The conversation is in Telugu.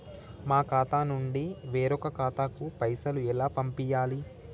మా ఖాతా నుండి వేరొక ఖాతాకు పైసలు ఎలా పంపియ్యాలి?